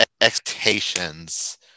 expectations